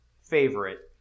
favorite